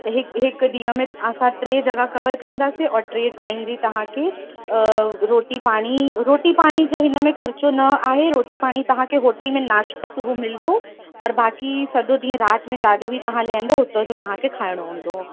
त हिक हिक ॾींहं में तव्हां सां टे जॻह कवर कंदासीं औरि टे टाइम जी तव्हांखे रोटी पाणी रोटी पाणी जो हिन में ख़र्चो न आहे रोटी पाणी तव्हांखे होटल में नाशतो सुबुहु मिलंदो औरि बाक़ी सॼो ॾींहुं राति में जिथे बि तव्हां लहंदो हुतां जो तव्हांखे खाइणो हूंदो